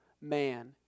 man